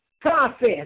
process